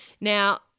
now